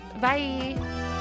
Bye